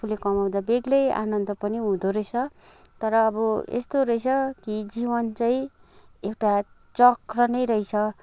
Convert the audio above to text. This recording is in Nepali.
आफूले कमाउँदा बेग्लै आनन्द पनि हुँदो रहेछ तर अब यस्तो रहेछ कि जीवन चाहिँ एउटा चक्र नै रहेछ